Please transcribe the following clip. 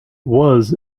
was